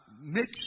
make